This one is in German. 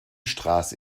straße